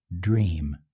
dream